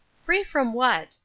free from what?